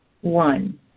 One